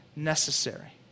Necessary